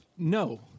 No